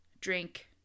drink